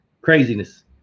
craziness